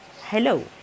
Hello